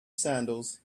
sandals